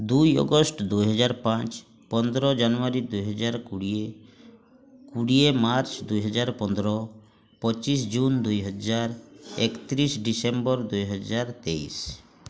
ଦୁଇ ଅଗଷ୍ଟ ଦୁଇ ହଜାର ପାଞ୍ଚ ପନ୍ଦର ଜାନୁୟାରୀ ଦୁଇ ହଜାର କୋଡ଼ିଏ କୋଡ଼ିଏ ମାର୍ଚ୍ଚ ଦୁଇ ହଜାର ପନ୍ଦର ପଚିଶ ଜୁନ ଦୁଇ ହଜାର ଏକତିରିଶ ଡିସେମ୍ବର ଦୁଇ ହଜାର ତେଇଶି